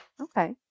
Okay